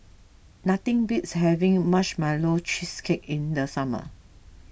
nothing beats having Marshmallow Cheesecake in the summer